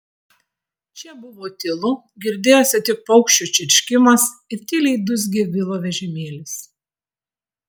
čia buvo tylu girdėjosi tik paukščių čirškimas ir tyliai dūzgė vilo vežimėlis